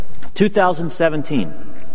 2017